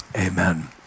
amen